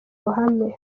ruhame